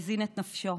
מזין את נפשו.